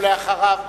ולאחריו,